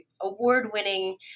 award-winning